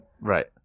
Right